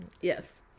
Yes